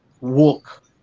walk